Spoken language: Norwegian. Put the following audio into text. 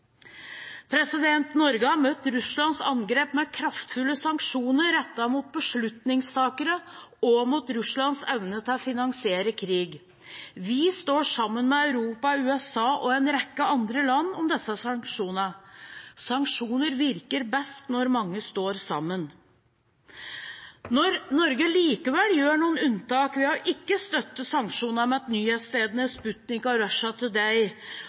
Norge har møtt Russlands angrep med kraftfulle sanksjoner rettet mot beslutningstakere og mot Russlands evne til å finansiere krig. Vi står sammen med Europa, USA og en rekke andre land om disse sanksjonene. Sanksjoner virker best når mange står sammen. Når Norge likevel gjør noen unntak – vi har ikke støttet sanksjonene mot nyhetsstedene Sputnik og Russia Today – og begrunner det med